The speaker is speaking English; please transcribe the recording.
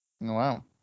wow